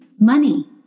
money